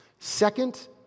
Second